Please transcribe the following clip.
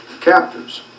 captors